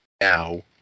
now